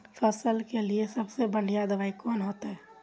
फसल के लिए सबसे बढ़िया दबाइ कौन होते?